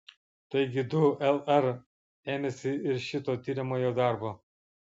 taigi du lr ėmėsi ir šito tiriamojo darbo